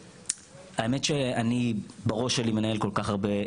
האמת שאני בראש שלי מנהל כל כך הרבה,